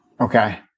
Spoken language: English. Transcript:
Okay